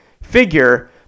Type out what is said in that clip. figure